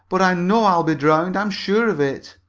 but i know i'll be drowned! i'm sure of it!